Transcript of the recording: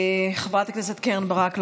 חברת הכנסת קרן ברק,